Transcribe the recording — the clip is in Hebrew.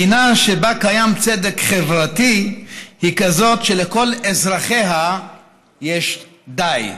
מדינה שבה קיים צדק חברתי היא כזאת שלכל אזרחיה יש די,